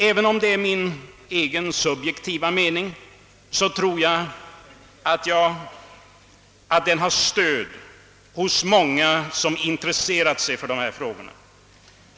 även om detta är min egen subjektiva mening, tror jag att den har stöd av många som intresserat sig för dessa frågor.